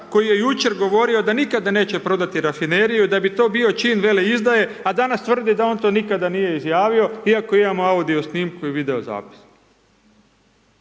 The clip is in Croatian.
koji je jučer govorio da nikada neće prodati rafineriju, da bi to bio čin veleizdaje, a danas tvrdi da on to nikada nije izjavio, iako imamo audio snimku i video zapis.